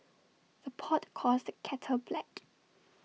the pot calls the kettle black